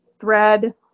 thread